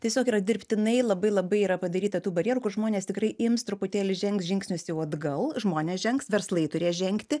tiesiog yra dirbtinai labai labai yra padaryta tų barjerų kur žmonės tikrai ims truputėlį žengt žingsnius jau atgal žmonės žengs verslai turės žengti